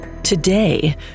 Today